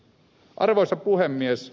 arvoisa puhemies